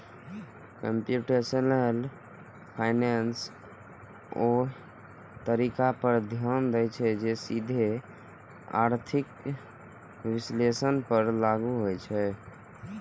computational finance ओइ तरीका पर ध्यान दै छै, जे सीधे आर्थिक विश्लेषण पर लागू होइ छै